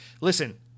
Listen